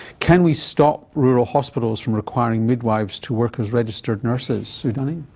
can we stop rural hospitals from requiring midwives to work as registered nurses sue dunning?